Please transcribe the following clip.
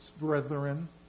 brethren